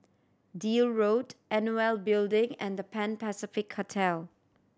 Deal Road NOL Building and The Pan Pacific Hotel